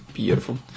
Beautiful